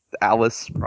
Alice